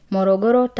Morogoro